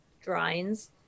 drawings